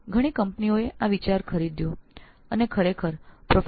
ઘણી કંપનીઓએ આ વિચાર ખરીદ્યો અને વાસ્તવમાં પ્રો